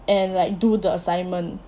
and like do the assignment